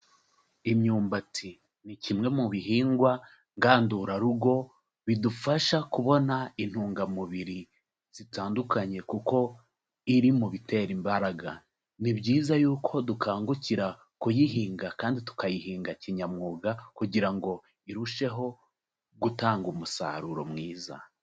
Imyumbati ni kimwe mu bihingwa ngandurarugo bidufasha kubona intungamubiri zitandukanye, kuko iri mu bitera imbaraga, ni byiza yuko dukangukira kuyihinga kandi tukayihinga kinyamwuga, kugira ngo irusheho gutanga umusaruro mwiza.